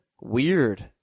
Weird